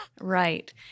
Right